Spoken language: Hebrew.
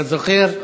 אתה זוכר?